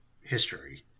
history